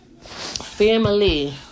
Family